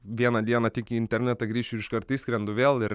vieną dieną tik į internetą grįšiu ir iškart išskrendu vėl ir